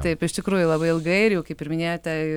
taip iš tikrųjų labai ilgai ir jau kaip ir minėjote